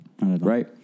Right